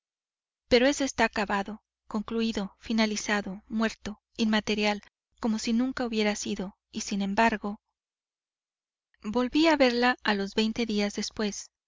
pero eso está acabado concluído finalizado muerto inmaterial como si nunca hubiera sido y sin embargo volví a verla a los veinte días después